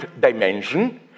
dimension